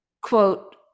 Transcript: quote